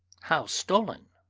how, stolen,